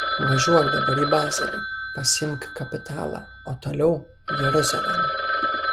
važiuok dabar į bazelį pasiimk kapitalą o toliau jeruzalėn